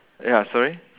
ya sorry